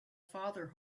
father